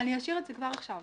אני אשאיר את זה כבר עכשיו.